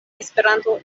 esperanto